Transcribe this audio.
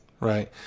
Right